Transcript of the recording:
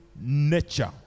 nature